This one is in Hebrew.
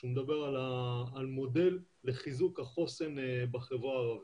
שהוא מדבר על מודל לחיזוק החוסן בחברה הערבית.